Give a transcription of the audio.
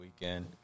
weekend